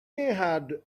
had